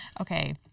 Okay